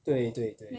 对对对